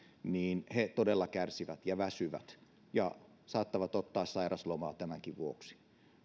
niin he todella kärsivät ja väsyvät ja saattavat ottaa sairaslomaa tämänkin vuoksi